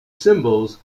symbols